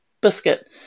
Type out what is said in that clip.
biscuit